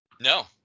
no